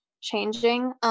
changing